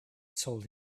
told